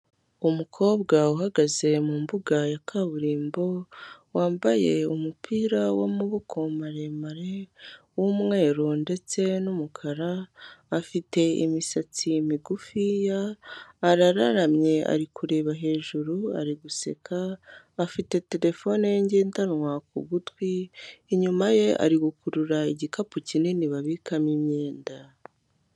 Umukobwa uhagaze mu mbuga ya kaburimbo wambaye umupira w'amaboko maremare w'umweru ndetse n'umukara; afite imisatsi migufiya arararamye ari kureba hejuru ari guseka, afite terefone ye ngendanwa ku gutwi, inyuma ye ari gukurura igikapu kinini babikamo imyenda.